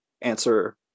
answer